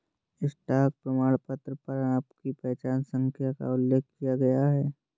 stock प्रमाणपत्र पर आपकी पहचान संख्या का उल्लेख किया गया है